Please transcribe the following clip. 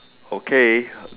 okay